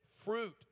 fruit